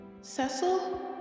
Cecil